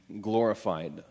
glorified